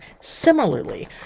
similarly